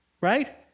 right